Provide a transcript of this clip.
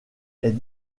est